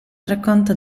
racconta